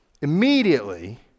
immediately